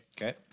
Okay